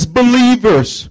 believers